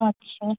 আচ্ছা